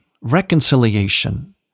reconciliation